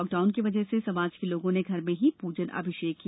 lockdown की वजह से समाज के लोगों ने घर मे ही प्जन अभिषेक किया